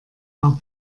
auch